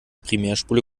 primärspule